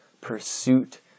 pursuit